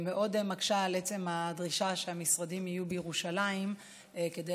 מאוד מקשה עצם הדרישה שהמשרדים יהיו בירושלים כדי